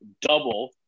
double